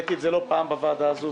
והעליתי את זה לא פעם בוועדה הזו,